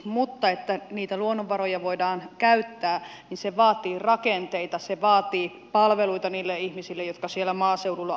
mutta jotta niitä luonnonvaroja voidaan käyttää se vaatii rakenteita se vaatii palveluita niille ihmisille jotka siellä maaseudulla asuvat